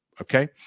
Okay